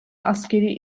askeri